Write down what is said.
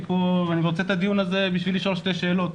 אני רוצה את הדיון הזה כדי לשאול שתי שאלות.